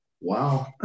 wow